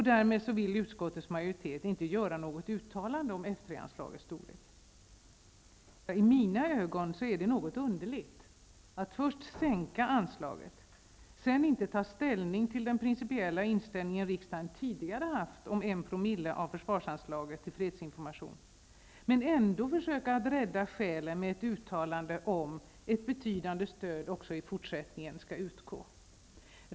Därmed vill utskottets majoritet inte göra något uttalande om I mina ögon är det något underligt att först sänka anslaget, sedan inte ta ställning till den principiella hållning riksdagen tidigare intagit att en promille av försvarsanslaget skall gå till fredsinformation, men ändå försöka rädda själen genom ett uttalande att ett betydande stöd också i fortsättningen skall utgå.